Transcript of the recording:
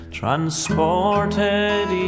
transported